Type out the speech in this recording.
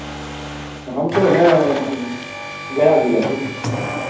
हम तो हैं गया जिला के